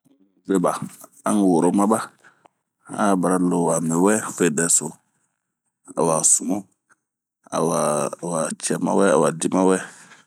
A un veba,a worora ma ba ,a bara lo wa miwɛ fee dɛso, awa sumu, awa cɛma wɛ awa dii ma wɛ.